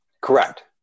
Correct